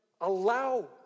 allow